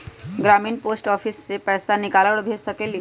हम ग्रामीण post office से भी पैसा निकाल और भेज सकेली?